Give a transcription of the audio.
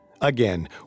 Again